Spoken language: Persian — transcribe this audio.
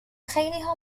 خیلیها